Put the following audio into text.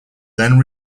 then